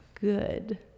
Good